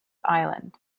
island